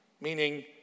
Meaning